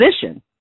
position